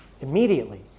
immediately